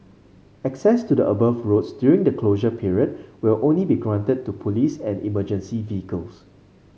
access to the above roads during the closure period will only be granted to police and emergency vehicles